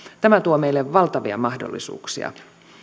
tämä tuo meille valtavia mahdollisuuksia